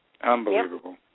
Unbelievable